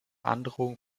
androhung